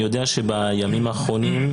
יודע שבימים האחרונים,